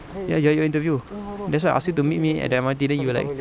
ya you got your interview that's why I asked you to meet me at the M_R_T then you're like